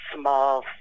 small